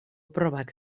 probak